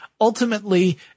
ultimately